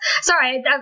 Sorry